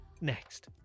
next